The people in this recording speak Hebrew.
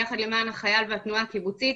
של יחד למען החייל והתנועה הקיבוצית,